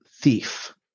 thief